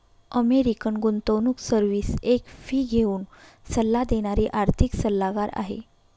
American गुंतवणूक service एक fee घेऊन सल्ला देणारी आर्थिक सल्लागार आहे